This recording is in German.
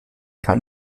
kann